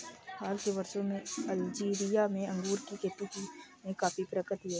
हाल के वर्षों में अल्जीरिया में अंगूर की खेती ने काफी प्रगति की है